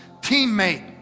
teammate